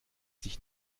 sich